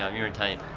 ah you were tight.